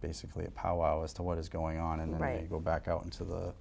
basically a powwow as to what is going on in the way go back out into the